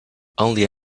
only